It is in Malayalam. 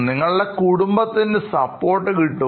നിങ്ങളുടെ കുടുംബത്തിൻറെ സപ്പോർട്ട് കിട്ടും